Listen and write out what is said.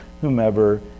whomever